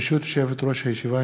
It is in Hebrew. ברשות יושבת-ראש הישיבה,